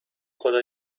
خدا